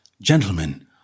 gentlemen